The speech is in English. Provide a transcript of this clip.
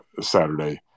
Saturday